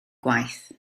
gwaith